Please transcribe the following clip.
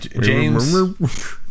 James